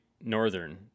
Northern